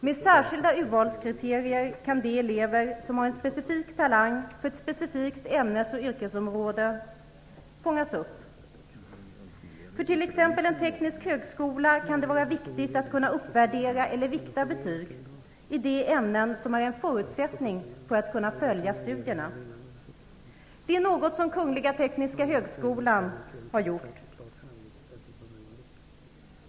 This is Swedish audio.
Med särskilda urvalskriterier kan de elever som har en specifik talang för ett specifikt ämnes och yrkesområde fångas upp. För t.ex. en teknisk högskola kan det vara viktigt att kunna uppvärdera eller vikta betyg i de ämnen som är en förutsättning för att kunna följa studierna. Det är något som Kungliga Tekniska högskolan har gjort.